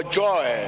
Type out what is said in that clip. joy